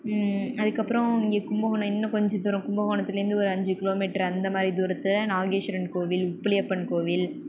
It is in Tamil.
அதுக்கப்புறம் இங்கே கும்பகோணம் இன்னும் கொஞ்ச தூரம் கும்பகோணத்தில் இருந்து ஒரு அஞ்சு கிலோ மீட்டர் அந்தமாதிரி தூரத்தை நாகேஸ்வரன் கோவில் உப்பிலியப்பன் கோவில்